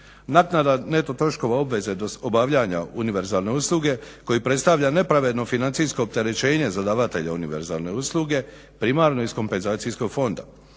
Naknada neto troškova obveze obavljanja univerzalne usluge koji predstavlja nepravedno financijsko opterećenje za davatelja univerzalne usluge primarno iz kompenzacijskog fonda.